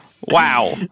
Wow